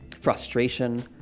frustration